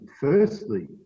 Firstly